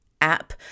app